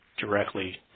directly